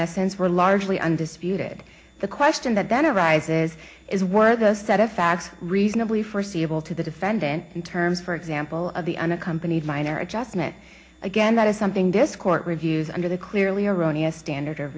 essence were largely undisputed the question that then arises is one of those set of facts reasonably foreseeable to the defendant in terms for example of the unaccompanied minor adjustment again that is something this court reviews under the clearly erroneous standard of